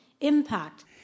impact